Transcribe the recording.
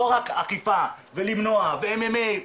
לא רק אכיפה ולמנוע ו-MMA,